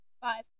five